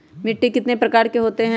मिट्टी कितने प्रकार के होते हैं?